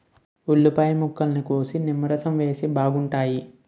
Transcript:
ఉల్లిపాయ ముక్కల్ని కోసి నిమ్మరసం వేస్తే బాగుంటాయి